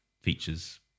features